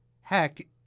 Heck